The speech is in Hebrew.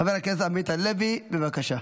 חבר הכנסת עמית הלוי, בבקשה,